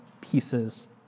pieces